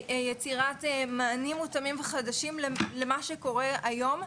ויצירת מענים מותאמים חדשים למה שקורה היום.